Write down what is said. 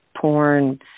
porn